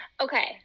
Okay